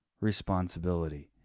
responsibility